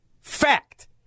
Fact